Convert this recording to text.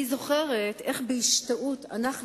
אני זוכרת איך בהשתאות אנחנו,